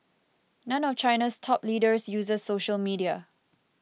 none of China's top leaders uses social media